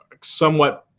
somewhat